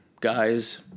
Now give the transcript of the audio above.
guys